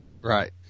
Right